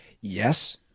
Yes